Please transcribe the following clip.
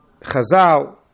Chazal